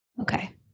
Okay